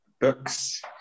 books